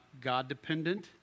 God-dependent